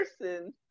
person